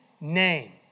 name